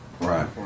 Right